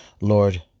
Lord